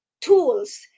tools